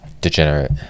Degenerate